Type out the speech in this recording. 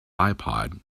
ipod